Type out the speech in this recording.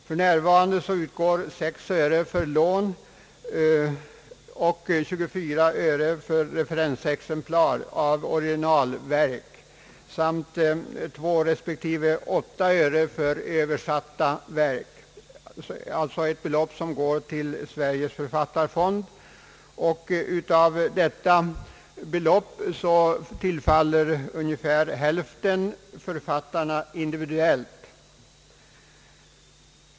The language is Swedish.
För närvarande utgår 6 öre för lån av böcker och 24 öre för lån av referensexemplar av originalverk samt 2 respektive 8 öre för lån av översatta verk. Beloppen inbetalas till Sveriges författarfond, och ungefär hälften tillfaller författarna individuellt.